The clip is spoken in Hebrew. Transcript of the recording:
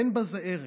אין בזה ערך.